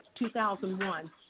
2001